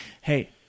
Hey